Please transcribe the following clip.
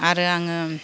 आरो आङो